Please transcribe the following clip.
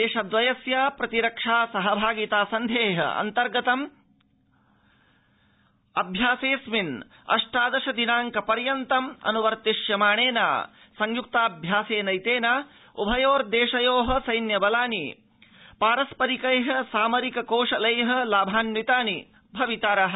देशद्रयस्य प्रतिरक्षा सहभागिता सन्धे अन्तर्गतम् मासेऽस्मिन् अष्टादश दिनांक पर्यन्तम् अनुवर्तिष्यमाणेन संयुक्ताभ्यासेनैतेन उभयोर्देशयो सैन्य बलानि पारस्परिकै सामरिक कौशलै लाभान्वितानि भविष्यन्ति